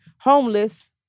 homeless